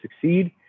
succeed